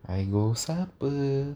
cargo siapa